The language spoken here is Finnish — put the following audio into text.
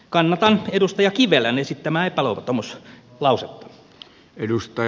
kannatan edustaja kivelän esittämää epäluottamuslausetta